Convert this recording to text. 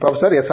professor S